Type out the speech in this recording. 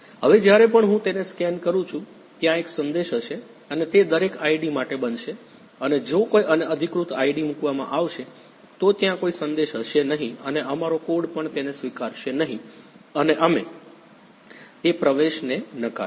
હવે જ્યારે પણ હું તેને સ્કેન કરું છું ત્યાં એક સંદેશ હશે અને તે દરેક આઈડી માટે બનશે અને જો કોઈ અનધિકૃત આઈડી મૂકવામાં આવશે તો ત્યાં કોઈ સંદેશ હશે નહીં અને અમારો કોડ પણ તેને સ્વીકારશે નહીં અને અમે તે પ્રવેશને નકારીશું